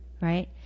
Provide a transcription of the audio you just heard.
right